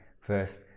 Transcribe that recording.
first